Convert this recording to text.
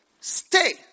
stay